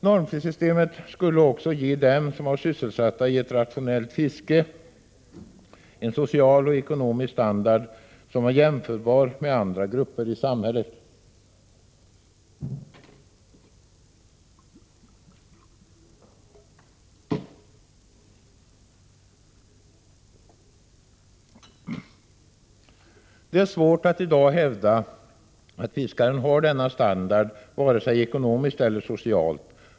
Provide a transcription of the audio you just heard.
Normprissystemet skulle också ge dem som var sysselsatta i ett rationellt fiske en social och ekonomisk standard som var jämförbar med andra grupper. Det är svårt att i dag hävda att fiskaren har denna standard vare sig ekonomiskt eller socialt.